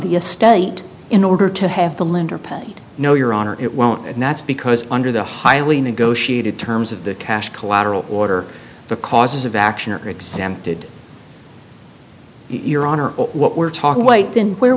the estate in order to have the lender paid no your honor it won't and that's because under the highly negotiated terms of the cash collateral order the causes of action are exempted your honor what we're talking weight then where